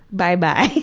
bye bye.